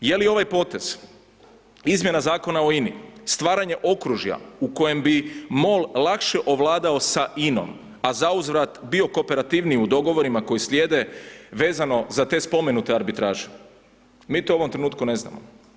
Je li ovaj potez izmjena Zakona o INA-i stvaranje okružja u kojem bi MOL lakše ovladao sa INA-om, a zauzvrat bio kooperativniji u dogovorima koji slijede vezano za te spomenute arbitraže, mi to u ovom trenutku ne znamo.